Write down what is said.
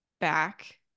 back